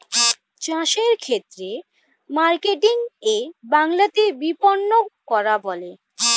চাষের ক্ষেত্রে মার্কেটিং কে বাংলাতে বিপণন করা বলে